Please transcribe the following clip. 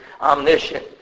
omniscient